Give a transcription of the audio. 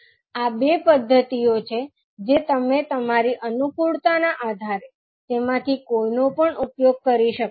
હવે આ બે પદ્ધતિઓ છે જે તમે તમારી અનુકૂળતા ના આધારે તેમાંથી કોઈપણ નો ઉપયોગ કરી શકો છો